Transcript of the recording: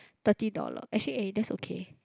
thirty dollar actually eh that's okay